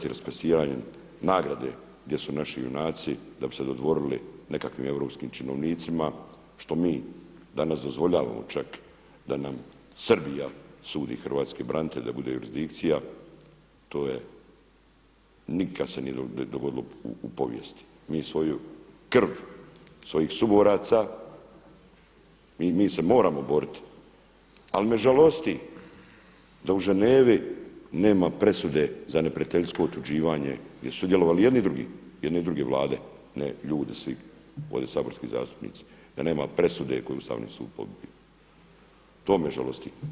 Govornik se ne razumije./… nagrade gdje su naši junaci da bi se dodvorili nekakvim europskim činovnicima što mi danas dozvoljavamo čak da nam Srbija sudi hrvatskim braniteljima da bude jurisdikcija, to nikad se nije dogodilo u povijesti, mi svoju krv svojih suboraca, mi se moramo boriti ali me žalosti da u Ženevi nema presude za neprijateljsko otuđivanje gdje su sudjelovali jedni i drugi, jedne i druge vlade, ne ljudi svi ovdje saborski zastupnici, da nema presude koju je Ustavni sud … to me žalosti.